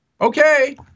Okay